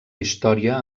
història